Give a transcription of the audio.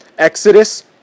Exodus